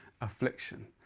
affliction